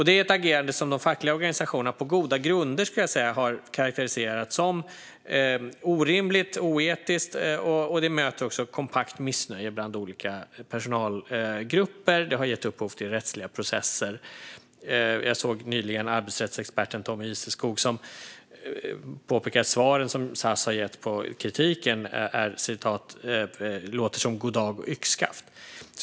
Det är ett agerande som de fackliga organisationerna på goda grunder har karakteriserat som orimligt och oetiskt. Det möter också kompakt missnöje bland olika personalgrupper, och det har gett upphov till rättsliga processer. Jag såg nyligen att arbetsrättsexperten Tommy Iseskog påpekade att svaren som SAS har gett på kritiken låter som goddag yxskaft.